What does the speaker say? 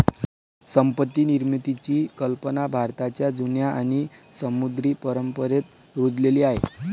संपत्ती निर्मितीची कल्पना भारताच्या जुन्या आणि समृद्ध परंपरेत रुजलेली आहे